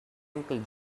uncle